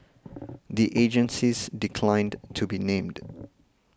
the agencies declined to be named